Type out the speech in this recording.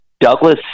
Douglas